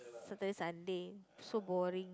certain Sunday so boring